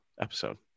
episode